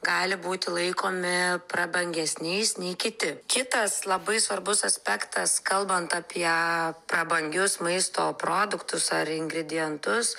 gali būti laikomi prabangesniais nei kiti kitas labai svarbus aspektas kalbant apie prabangius maisto produktus ar ingredientus